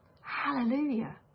hallelujah